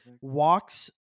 walks